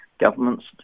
Governments